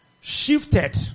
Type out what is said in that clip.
shifted